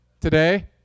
today